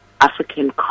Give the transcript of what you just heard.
African